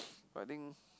but I think